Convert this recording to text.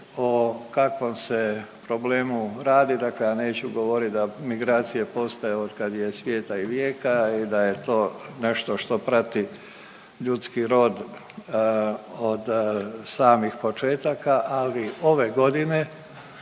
o kakvom se problemu radi, dakle ja neću govoriti da migracije postoje od kad je svijeta i vijeka i da je to nešto što prati ljudski rod od samih početaka, ali ove godine